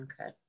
Okay